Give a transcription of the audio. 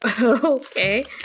Okay